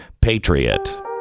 patriot